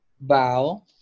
Bow